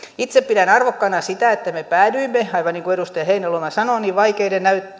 itse pidän arvokkaana sitä että me päädyimme aivan niin kuin edustaja heinäluoma sanoi vaikeiden